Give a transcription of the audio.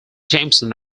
jameson